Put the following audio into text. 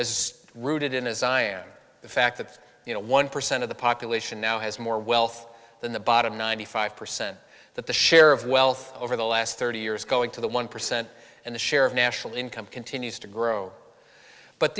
are rooted in a xi'an the fact that you know one percent of the population now has more wealth than the bottom ninety five percent that the share of wealth over the last thirty years going to the one percent and the share of national income continues to grow but